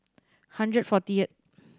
hundred fortieth